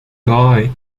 guy